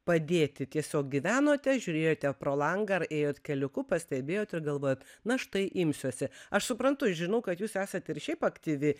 padėti tiesiog gyvenote žiūrėjote pro langą ar ėjot keliuku pastebėjot ir galvojot na štai imsiuosi aš suprantu žinau kad jūs esat ir šiaip aktyvi